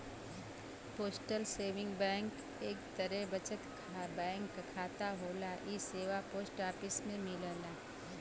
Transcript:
postal saving bank एक तरे बचत बैंक खाता होला इ सेवा पोस्ट ऑफिस में मिलला